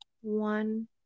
one